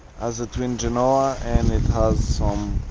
as a twin genoa and it has some